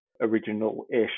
original-ish